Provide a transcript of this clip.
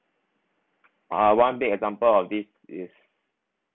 uh one big example of this is